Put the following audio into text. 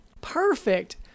perfect